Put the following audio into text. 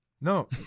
No